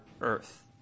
earth